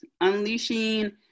unleashing